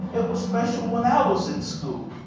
it was special when i was in school.